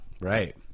right